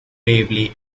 bravely